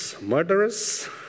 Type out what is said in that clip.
murderers